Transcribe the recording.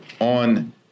on